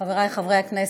חברי חברי הכנסת,